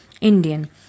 Indian